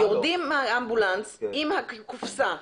יורדים מהאמבולנס עם הקופסא,